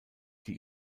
die